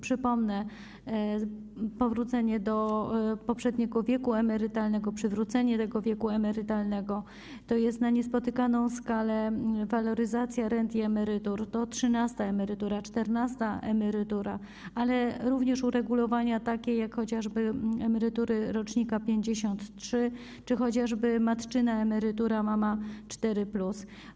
Przypomnę: to powrócenie do poprzedniego wieku emerytalnego, przywrócenie tego wieku emerytalnego, to na niespotykaną skalę waloryzacja rent i emerytur, to trzynasta emerytura, to czternasta emerytura, ale również uregulowania takie jak chociażby emerytury rocznika 1953 czy matczyna emerytura ˝Mama 4+˝